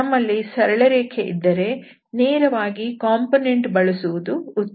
ನಮ್ಮಲ್ಲಿ ಸರಳರೇಖೆ ಇದ್ದರೆ ನೇರವಾಗಿ ಕಾಂಪೊನೆಂಟ್ ಬಳಸುವುದು ಉತ್ತಮ